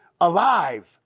alive